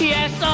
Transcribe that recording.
Yes